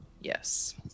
Yes